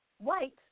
white